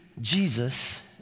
Jesus